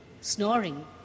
snoring